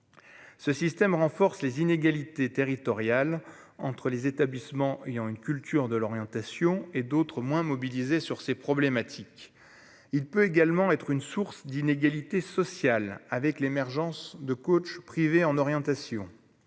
ce système renforce les inégalités territoriales entre les établissements ayant une culture de l'orientation et d'autres moins mobilisé sur ces problématiques, il peut également être une source d'inégalité sociale avec l'émergence de coach privé en orientation,